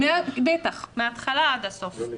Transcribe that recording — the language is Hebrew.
לא יודע.